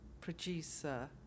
producer